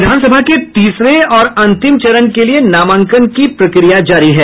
विधानसभा के तीसरे और अंतिम चरण के लिए नामांकन की प्रक्रिया जारी है